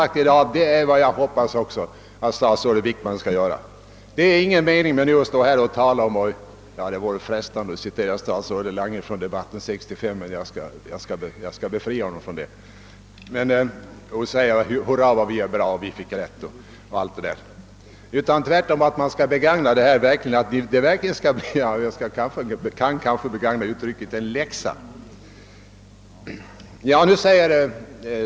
Det är nämligen just vad jag sade i går och i dag hoppas på. Det är inte mycken mening med att nu ropa »Hurra, vad vi är bra», »Vi fick rätt» och liknande, även om det vore frestande att citera vad statsrådet Lange sade i debatten 1965. Men låt detta bli en läxa — jag kanske ändå kan få begagna det uttrycket.